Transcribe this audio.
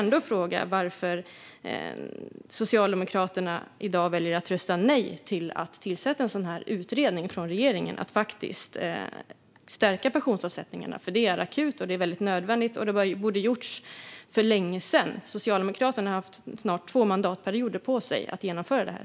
Varför väljer Socialdemokraterna i dag att rösta nej till att föreslå att regeringen ska tillsätta en utredning för att stärka pensionsavsättningarna? Det är akut och nödvändigt, och det borde ha gjorts för länge sedan. Socialdemokraterna har haft snart två mandatperioder på sig att genomföra detta.